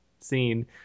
scene